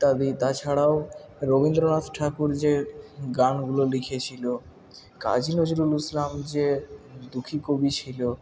ইত্যাদি তাছাড়াও রবীন্দ্রনাথ ঠাকুর যে গানগুলো লিখেছিল কাজী নজরুল ইসলাম যে দুঃখী কবি ছিল